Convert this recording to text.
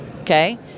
okay